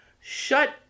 shut